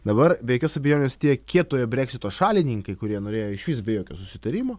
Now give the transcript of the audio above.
dabar be jokios abejonės tie kietojo breksito šalininkai kurie norėjo išvis be jokio susitarimo